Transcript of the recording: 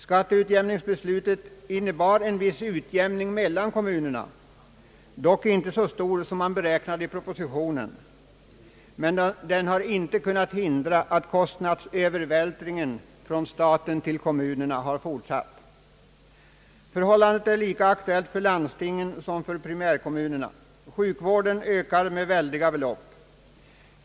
Skatteutjämningsbeslutet innebar en viss utjämning mellan kommunerna, dock inte så stor som man beräknade i propositionen, men det har inte kunnat hindra att kostnadsövervältringen från staten till kommunerna har fortsatt. Förhållandet är lika aktuellt för landstingen som för primärkommunerna. Sjukvårdskostnaderna ökar med väldiga belopp.